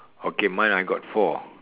okay mine I got four